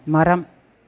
மரம்